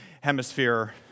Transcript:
hemisphere